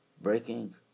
breaking